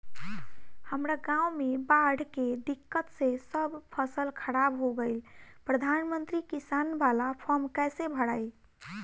हमरा गांव मे बॉढ़ के दिक्कत से सब फसल खराब हो गईल प्रधानमंत्री किसान बाला फर्म कैसे भड़ाई?